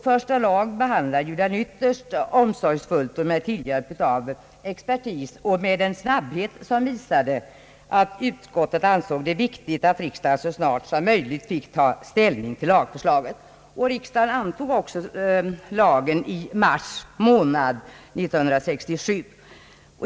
Första lagutskottet behandlade den ytterst omsorgsfullt och med hjälp av expertis samt med en snabbhet som visade att utskottet ansåg det viktigt att riksdagen så snart som möjligt fick ta ställning till lagförslaget. Riksdagen antog också lagen i mars 1967.